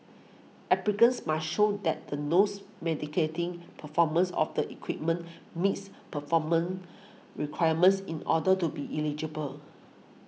applicants must show that the nose mitigating performance of the equipment meets performance requirements in order to be eligible